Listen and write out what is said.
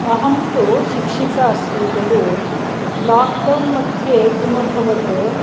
अहन्तु शिक्षिका अस्मि कलु लाक् डौन् मध्ये किमभवत्